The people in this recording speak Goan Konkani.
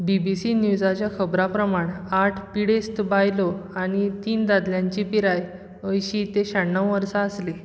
बी बी सी न्यूजाच्या खबरां प्रमाण आठ पिडेस्त बायलो आनी तीन दादल्यांची पिराय अयशीं ते शाण्णव वर्सां आसली